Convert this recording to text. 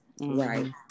Right